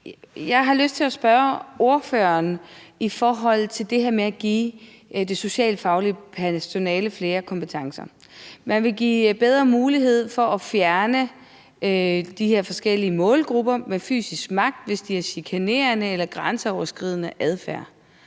Jeg har lyst til at spørge ordføreren i forhold til det her med at give det socialfaglige personale flere kompetencer. Man vil give bedre mulighed for at fjerne de her forskellige målgrupper med fysisk magt, hvis de er chikanerende eller har grænseoverskridende adfærd.